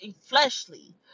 fleshly